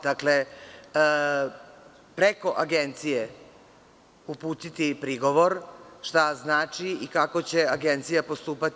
Dakle, preko agencije uputiti prigovor šta znači i kako će agencija postupati?